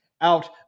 out